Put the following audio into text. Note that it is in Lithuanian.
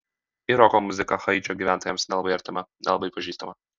ir roko muzika haičio gyventojams nelabai artima nelabai pažįstama